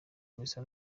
misa